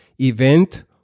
event